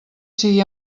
sigui